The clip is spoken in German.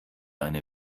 eine